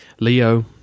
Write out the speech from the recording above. Leo